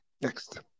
Next